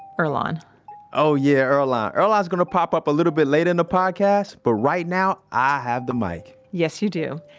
earlonne oh yeah, earlonne. earlonne's gonna pop up a little bit later in the podcast, but right now, i have the mic yes you do.